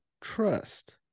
trust